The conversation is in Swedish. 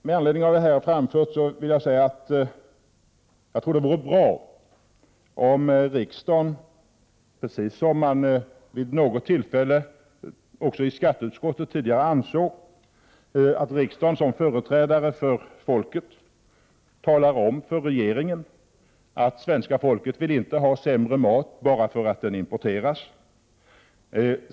Med anledning av det jag här har framfört vill jag säga att jag tror att det vore bra om riksdagen som företrädare för folket, precis så som även skatteutskottet vid något tidigare tillfälle ansåg, talade om för regeringen att svenska folket inte vill ha sämre mat bara därför att den importeras.